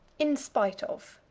in spite of.